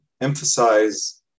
emphasize